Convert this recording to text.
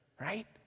right